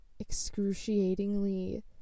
excruciatingly